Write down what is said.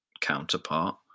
counterpart